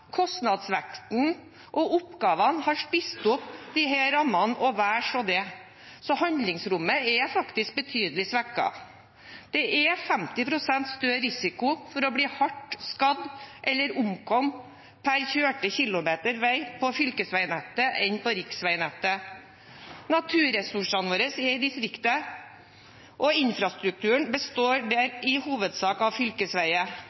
kostnadsveksten og oppgavene har spist opp disse rammene, og vel så det, så handlingsrommet er faktisk betydelig svekket. Det er 50 pst. større risiko for å bli hardt skadet eller omkomme per kjørte kilometer vei på fylkesveinettet enn på riksveinettet. Naturressursene våre er i distriktet, og infrastrukturen består der i hovedsak av fylkesveier.